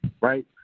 right